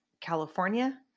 California